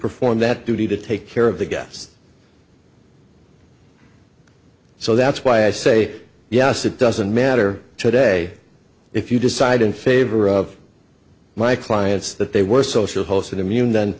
performed that duty to take care of the guest so that's why i say yes it doesn't matter today if you decide in favor of my clients that they were social hosts that immune th